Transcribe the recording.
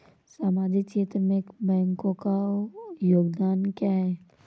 सामाजिक क्षेत्र में बैंकों का योगदान क्या है?